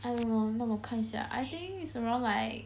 I don't know 让我看一下 I think is around like